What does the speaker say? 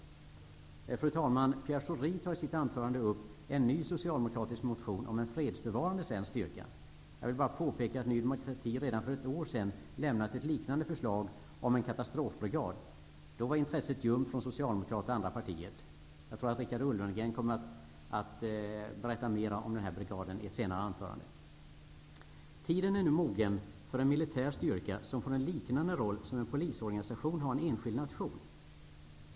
Fru talman! Pierre Schori tar i sitt anförande upp en ny socialdemokratisk motion om en fredsbevarande svensk styrka. Jag vill då bara påpeka att Ny demokrati redan för ett år sedan lade fram ett liknande förslag om en katastrofbrigad. Då var intresset från Socialdemokraternas och andra partiers sida ljumt. Jag tror att Richard Ulfvengren i sitt anförande här senare i dag kommer att utförligare redogöra för den föreslagna brigaden. Tiden är nu mogen för en militär styrka som får ungefär samma roll som en polisorganisation i en enskild nation har.